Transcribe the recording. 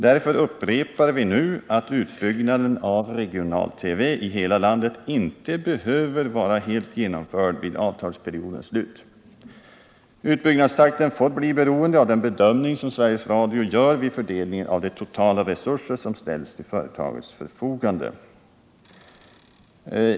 Därför upprepar vi nu att utbyggnaden av regional-TV i hela landet inte behöver vara helt genomförd vid avtalsperiodens slut. Utbyggnadstakten får bli beroende av den bedömning som Sveriges Radio gör vid fördelningen av de totala resurser som ställs till företagets förfogande.